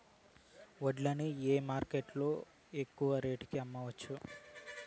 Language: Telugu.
వడ్లు ని ఏ మార్కెట్ లో ఎక్కువగా రేటు కి అమ్మవచ్చు?